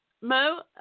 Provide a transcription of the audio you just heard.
Mo